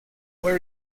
where